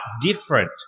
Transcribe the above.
different